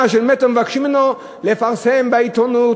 של מטר מבקשים ממנו לפרסם בעיתונות,